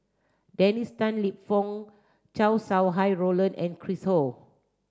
Dennis Tan Lip Fong Chow Sau Hai Roland and Chris Ho